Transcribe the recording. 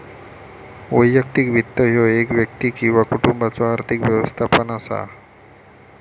वैयक्तिक वित्त ह्यो एक व्यक्ती किंवा कुटुंबाचो आर्थिक व्यवस्थापन असा